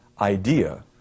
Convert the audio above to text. idea